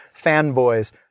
fanboys